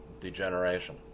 degeneration